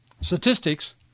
Statistics